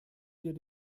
wir